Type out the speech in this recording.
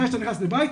מתי שאתה נכנס לבית,